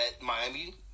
Miami